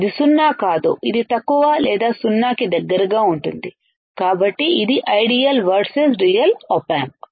ఇది సున్నా కాదు ఇది తక్కువ లేదా సున్నా కి దగ్గరగా ఉంటుంది కాబట్టి ఇది ideal versus real op amp